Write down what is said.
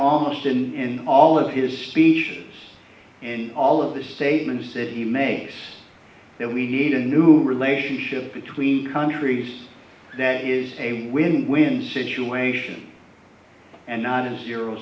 almost in all of his speeches and all of the statements that he makes that we need a new relationship between countries that is a win win situation and not a zero